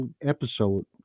episode